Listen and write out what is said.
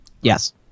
Yes